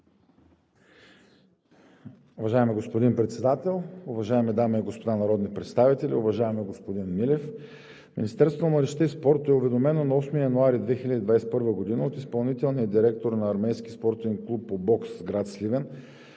Уважаеми господин Председател, уважаеми дами и господа народни представители! Уважаеми господин Милев, Министерството на младежта и спорта е уведомено на 8 януари 2021 г. от изпълнителния директор на Армейски спортен клуб по бокс – гр. Сливен,